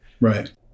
Right